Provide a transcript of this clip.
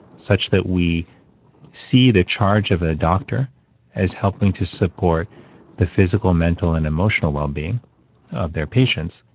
such that we see the charge of a doctor as helping to support the physical, mental, and emotional well-being of their patients,